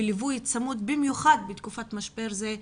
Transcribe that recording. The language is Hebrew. וליווי צמוד לתלמידים, במיוחד בתקופת המשבר הזו,